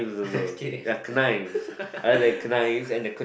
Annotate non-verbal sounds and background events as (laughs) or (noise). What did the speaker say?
(laughs) kidding (laughs)